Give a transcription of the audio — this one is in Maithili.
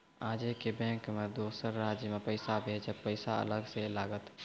आजे के बैंक मे दोसर राज्य मे पैसा भेजबऽ पैसा अलग से लागत?